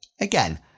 Again